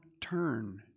turn